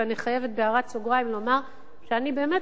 ואני חייבת בהערת סוגריים לומר שאני באמת